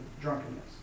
drunkenness